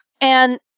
And-